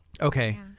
Okay